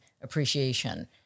appreciation